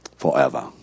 forever